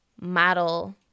model